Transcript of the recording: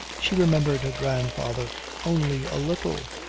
she remembered her grandfather only a little.